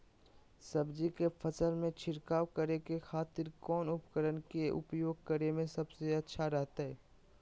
सब्जी के फसल में छिड़काव करे के खातिर कौन उपकरण के उपयोग करें में सबसे अच्छा रहतय?